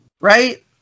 Right